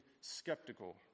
skeptical